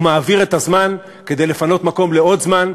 הוא מעביר את הזמן כדי לפנות מקום לעוד זמן,